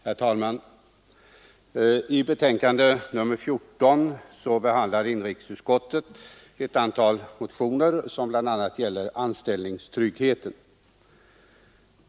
Herr talman! I sitt betänkande nr 14 behandlar inrikesutskottet ett antal motioner som bl.a. gäller anställningstryggheten.